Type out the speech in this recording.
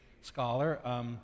scholar